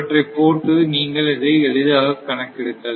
இவற்றை போட்டு நீங்கள் இதை எளிதாக கணக்கிடுங்கள்